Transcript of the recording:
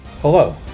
Hello